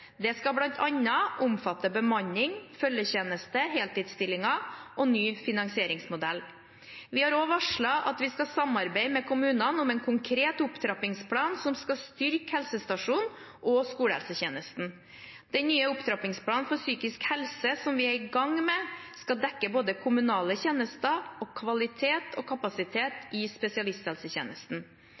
Det skal bl.a. omfatte bemanning, følgetjeneste, heltidsstillinger og ny finansieringsmodell. Vi har også varslet at vi skal samarbeide med kommunene om en konkret opptrappingsplan som skal styrke helsestasjonene og skolehelsetjenesten. Den nye opptrappingsplanen vi er i gang med for psykisk helse, skal dekke både kommunale tjenester og kvalitet og kapasitet i spesialisthelsetjenesten.